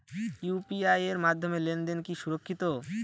UPI এর মাধ্যমে লেনদেন কি সুরক্ষিত?